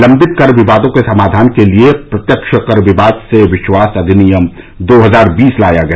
लंबित कर विवादों के समाधान के लिए प्रत्यक्ष कर विवाद से विश्वास अधिनियम दो हजार बीस लाया गया